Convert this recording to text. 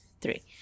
three